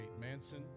Manson